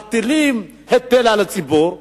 מטילים היטל על הציבור,